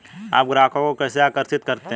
आप ग्राहकों को कैसे आकर्षित करते हैं?